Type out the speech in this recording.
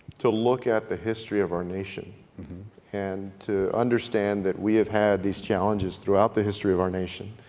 to look at the history of our nation and to understand that we have had these challenges throughout the history of our nation,